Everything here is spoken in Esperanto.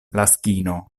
laskino